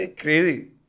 Crazy